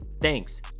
Thanks